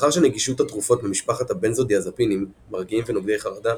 מאחר שנגישות התרופות ממשפחת הבנזודיאזפינים מרגיעים ונוגדי חרדה